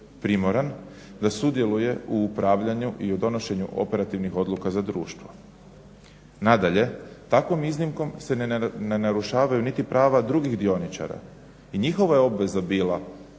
primoran da sudjeluje u upravljanju i u donošenju operativnih odluka za društvo. Nadalje, takvom iznimkom se ne narušavaju niti prava drugih dioničara i njihova je obveza bila